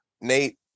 Nate